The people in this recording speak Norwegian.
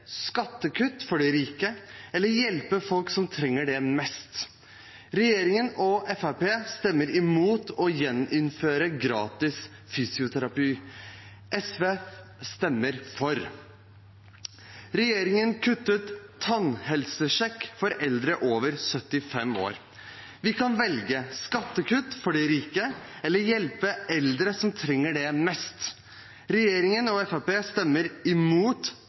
skattekutt for de rike eller hjelpe folk som trenger det mest. Regjeringen og Fremskrittspartiet stemmer imot å gjeninnføre gratis fysioterapi. SV stemmer for. Regjeringen kuttet tannhelsesjekk for eldre over 75 år. Vi kan velge – skattekutt for de rike, eller hjelpe eldre som trenger det mest. Regjeringen og Fremskrittspartiet stemmer imot